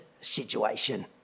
situation